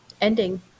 ending